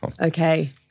Okay